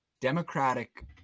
democratic